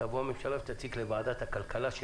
תבוא הממשלה ותציג לוועדת הכלכלה של